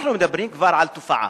אנחנו מדברים כבר על תופעה.